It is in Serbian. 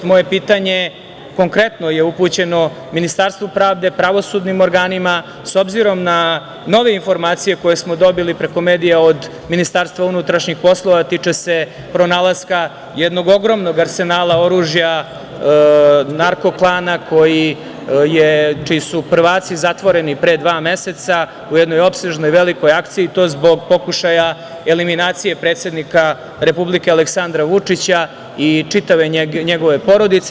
Moje pitanje konkretno je upućeno Ministarstvu pravde, pravosudnim organima, s obzirom na nove informacije koje smo dobili preko medija od MUP-a, a tiču se pronalaska jednog ogromnog arsenala oružja narko klana čiji su prvaci zatvoreni pre dva meseca u jednoj opsežnoj velikoj akciji i to zbog pokušaja eliminacije predsednika Republike Aleksandra Vučića i čitave njegove porodice.